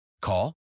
Call